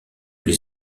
les